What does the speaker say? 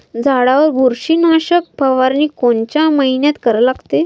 झाडावर बुरशीनाशक फवारनी कोनच्या मइन्यात करा लागते?